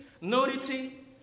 nudity